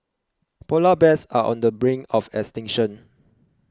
Polar Bears are on the brink of extinction